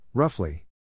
Roughly